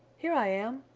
here i am!